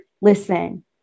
listen